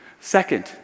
Second